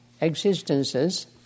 existences